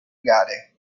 gare